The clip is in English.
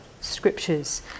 scriptures